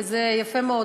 וזה יפה מאוד,